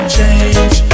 Change